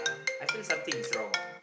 I feel something is wrong